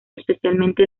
especialmente